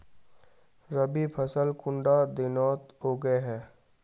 रवि फसल कुंडा दिनोत उगैहे?